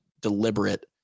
deliberate